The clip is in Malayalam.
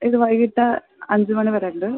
ഇത് വൈകിട്ട് അഞ്ച് മണി വരെ ഉണ്ട്